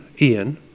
Ian